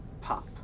Pop